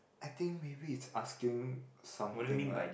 I think maybe it's asking something like